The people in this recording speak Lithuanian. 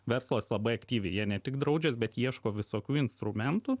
verslas labai aktyviai jie ne tik draudžias bet ieško visokių instrumentų